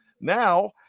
Now